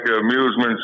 Amusements